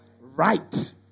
right